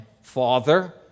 Father